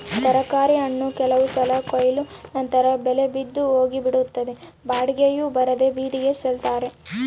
ತರಕಾರಿ ಹಣ್ಣು ಕೆಲವು ಸಲ ಕೊಯ್ಲು ನಂತರ ಬೆಲೆ ಬಿದ್ದು ಹೋಗಿಬಿಡುತ್ತದೆ ಬಾಡಿಗೆಯೂ ಬರದೇ ಬೀದಿಗೆ ಚೆಲ್ತಾರೆ